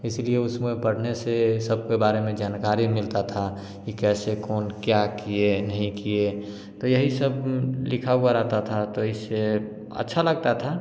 इसीलिए उसमें पढ़ने से सबके बारे में जानकारी मिलता था कि कैसे कौन क्या किए नहीं किए तो यही सब लिखा हुआ रहता था तो इस अच्छा लगता था